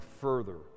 further